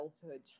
childhood